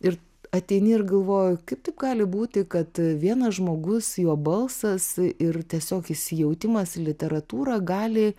ir ateini ir galvoji kaip taip gali būti kad vienas žmogus jo balsas ir tiesiog įsijautimas į literatūra gali